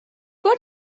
what